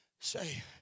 say